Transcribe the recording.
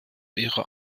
ihrer